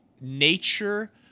nature